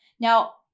Now